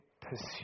pursue